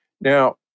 Now